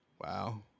Wow